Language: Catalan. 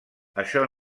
això